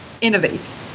innovate